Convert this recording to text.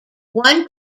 one